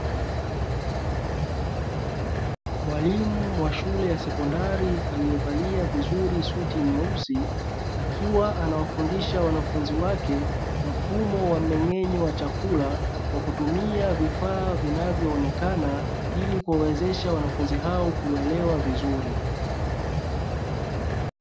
Mwalimu wa shule ya sekondari aliyevalia vizuri suti nyeusi, akiwa anawafundisha wanafunzi wake mfumo wa mmen'genyo wa chakula, kwa kutumia vifaa vinavyoonekana ili kuwezesha wanafunzi hao kuelewa vizuri.